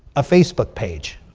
a facebook page.